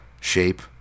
shape